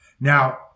Now